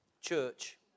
church